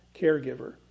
caregiver